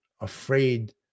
afraid